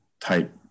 type